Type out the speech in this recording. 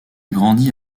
grandit